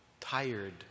tired